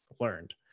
learned